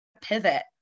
pivot